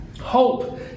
Hope